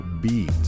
beat